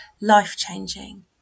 life-changing